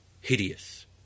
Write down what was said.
hideous